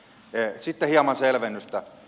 sitten hieman selvennystä